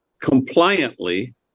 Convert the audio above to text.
compliantly